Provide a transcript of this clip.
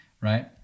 right